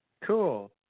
Cool